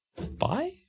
Bye